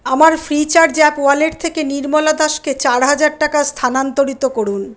আমার Freecharge app wallet থেকে নির্মলা দাসকে চার হাজার টাকা স্থানান্তরিত করুন